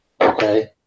okay